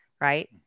right